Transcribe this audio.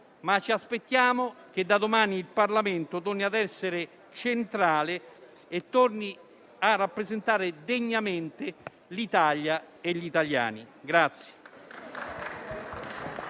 aspettandoci che da domani il Parlamento torni ad essere centrale e torni a rappresentare degnamente l'Italia e gli italiani.